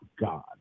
God